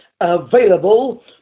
available